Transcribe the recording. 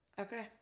Okay